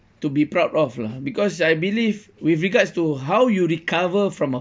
to be proud of lah because I believe with regards to how you recover from a